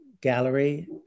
Gallery